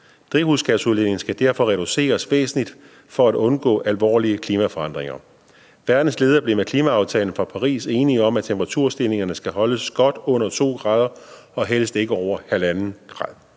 Drivhusgasudledningen skal derfor reduceres væsentligt, for at vi kan undgå alvorlige klimaforandringer. Verdens ledere blev med klimaaftalen fra Paris enige om, at temperaturstigningerne skal holdes godt under 2 grader og helst ikke over 1½ grad.